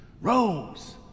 Rose